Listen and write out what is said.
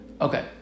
Okay